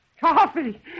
Coffee